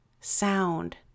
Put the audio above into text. sound